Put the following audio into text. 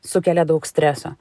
sukelia daug streso